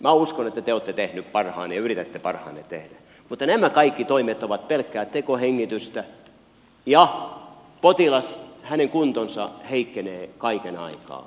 minä uskon että te olette tehneet parhaanne ja yritätte parhaanne tehdä mutta nämä kaikki toimet ovat pelkkää tekohengitystä ja potilas hänen kuntonsa heikkenee kaiken aikaa